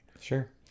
Sure